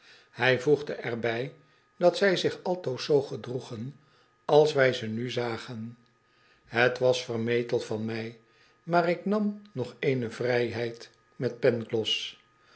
hij voegde er bij dat zij zich altoos zoo gedroegen als wij ze nu zagen het was vermetel van mij maar ik nam nog ceno vrijheid met pangloss